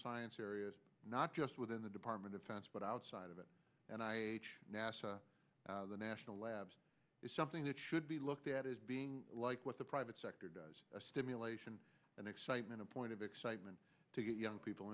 science area not just within the department of defense but outside of it and i nasa the national labs is something that should be looked at like what the private sector does a stimulation and excitement a point of excitement to get young people